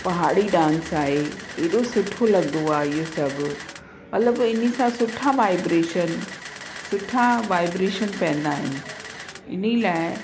पहाड़ी डांस आहे एॾो सुठो लॻंदो आहे इहो सभु मतिलब इनसां सुठा वायब्रेशन सुठा वायब्रेशन पवंदा आहिनि इन लाइ